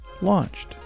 launched